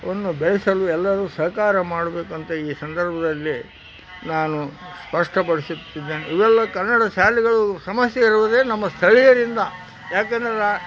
ವನ್ನು ಬೆಳೆಸಲು ಎಲ್ಲರೂ ಸಹಕಾರ ಮಾಡಬೇಕು ಅಂತ ಈ ಸಂದರ್ಬದಲ್ಲಿ ನಾನು ಸ್ಪಷ್ಟಪಡಿಸುತ್ತಿದ್ದೇನೆ ಇವೆಲ್ಲ ಕನ್ನಡ ಶಾಲೆಗಳು ಸಮಸ್ಯೆ ಇರುವುದೇ ನಮ್ಮ ಸ್ಥಳೀಯರಿಂದ ಯಾಕಂದರೆ